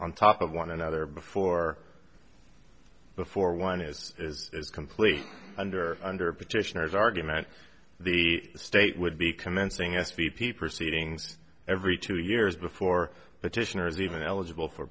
on top of one another before before one is is is completely under under petitioner's argument the state would be commencing s p p proceedings every two years before the titian or is even eligible for